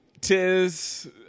tis